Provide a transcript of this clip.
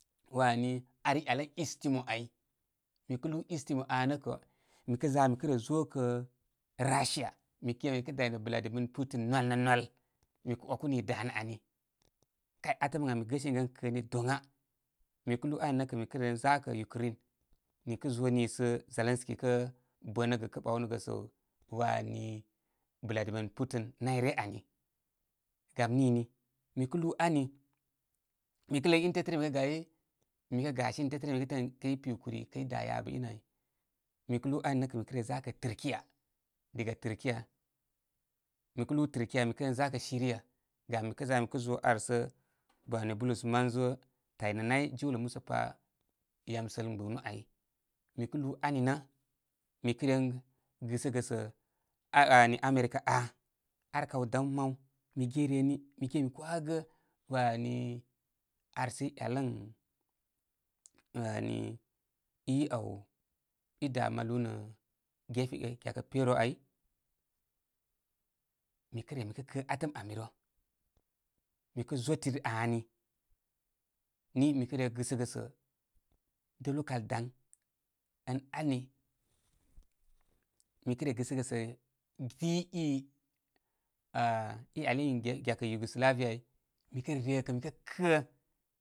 Wani ar i yal ən istimo ai. Mikə lúú istimo aa nə kə mi kə za mi re zókə rassia. Mige min mi kə day nə buladi min putin nwal nə nwal. Mi kə way kú ni danə ani. Kai atəm ən ami gəsini mi gən kəni doŋa. Mi kə lúú ani nə kə mi kə re zakə ukrin mi kə zo nisə zelenski kə bənə gə kə ɓawnəgə səw wani buladimin putin nay rə ani. Gam nini mi lúú ani, mi kə ləy in tétə ryə mi kə gay, mi gasi in tétə ryə mi kə təə min kəy pi kúri kəy da yabə inə ai. Mi kə lúú ani nə kə re zakə tɨrkiya, diga tɨrkiya, mikə lúú tɨrkiya mi kə re zakə syria, gam mi kə za mi zo arsə wani bulus manzo taynə nay jiwlə musa pa yamsə gbɨnu ay. Mi kə lúú ani nə mi kə ren gɨsəgə sə á wani america aa. Ar kaw daŋ maw mi ge reni. Mige min mi kə ewakəgə wani arsə iyelən wani i aw i dá malu nə gefe gyakə peru ai. Mi kə re mi kə kə ami rə. Mikə zotiri aam mire gɨsəgə sə dəl wow kan daŋ ən ani. Mi kə re gɨsəgə sə di, i an ieyali ən gyakə yugoslaria ai. Mi kə re rekə mi kə kə.